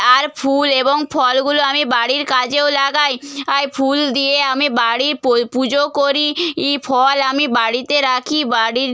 আর ফুল এবং ফলগুলো আমি বাড়ির কাজেও লাগাই আই ফুল দিয়ে আমি বাড়ি পো পুজো করি ই ফল আমি বাড়িতে রাখি বাড়ির